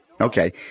Okay